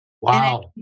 Wow